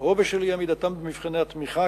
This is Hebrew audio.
או בשל אי-עמידתם במבחני התמיכה,